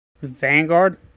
Vanguard